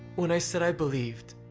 when i said i believed,